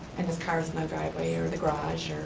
and his car's in the driveway or the garage.